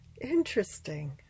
Interesting